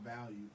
value